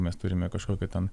mes turime kažkokią ten